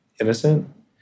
innocent